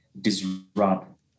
disrupt